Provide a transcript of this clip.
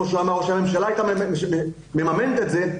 אם הממשלה הייתה מממנת את זה,